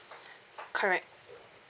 correct